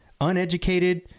uneducated